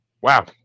wow